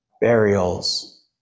burials